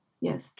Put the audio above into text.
yes